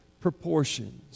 proportions